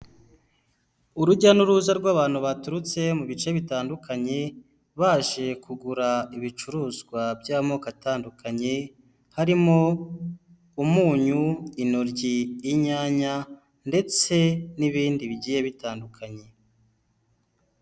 Urujya n'uruza rw'abantu baturutse mu bice bitandukanye baje kugura ibicuruzwa by'amoko atandukanye, harimo umunyu, intoryi, inyanya, ndetse n'ibindi bigiye bitandukanye.